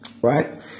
Right